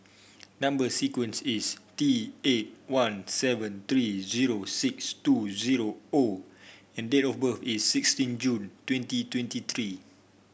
number sequence is T eight one seven three zero six two zero O and date of birth is sixteen June twenty twenty three